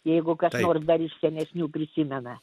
jeigu kas nors dar iš senesnių prisimena